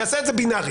שיעשה את זה בינארי.